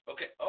Okay